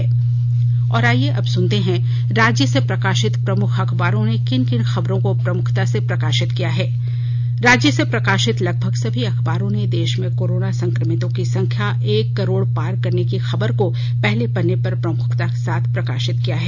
अब अखबारों की सुर्खियां और आईये अब सुनते हैं राज्य से प्रकाशित प्रमुख अखबारों ने किन किन खबरों को प्रम्खता से प्रकाशित किया है राज्य से प्रकाशित लगभग सभी अखबारों ने देश में कोरोना संक्रमितों की संख्या एक करोड़ पार करने की खबर को पहले पन्ने पर प्रमुखता के साथ प्रकाशित किया है